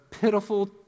pitiful